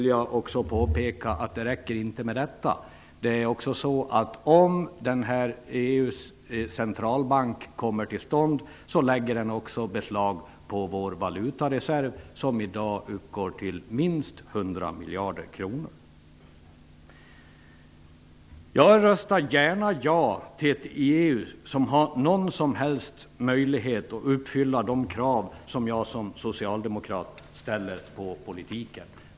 Men det räcker inte med det. Om EU:s centralbank kommer till stånd lägger den också beslag på vår valutareserv, som i dag uppgår till minst 100 miljarder kronor. Jag röstar gärna ja till ett EU bara det har någon som helst möjlighet att uppfylla de krav som jag som socialdemokrat ställer på politiken.